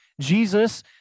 Jesus